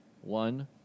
one